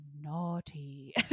naughty